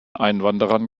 einwanderern